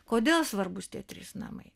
kodėl svarbūs tie trys namai